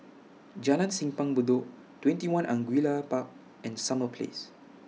Jalan Simpang Bedok TwentyOne Angullia Park and Summer Place